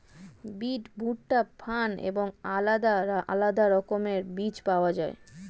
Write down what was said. বিন, ভুট্টা, ফার্ন এবং আলাদা আলাদা রকমের বীজ পাওয়া যায়